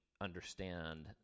understand